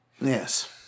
Yes